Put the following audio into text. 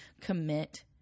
commit